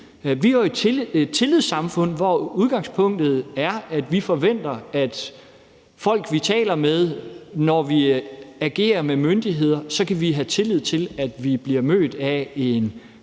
Vi er jo et tillidssamfund, hvor udgangspunktet er, at vi i forbindelse med folk, vi taler med, når vi agerer med myndigheder, forventer, at vi kan have tillid til, at vi bliver mødt af en korrekt